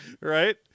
right